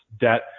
debt